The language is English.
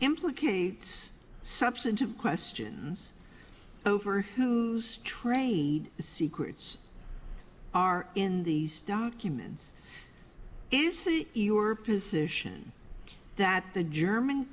implicates substantive questions over whose trade secrets are in these documents is see your position that the german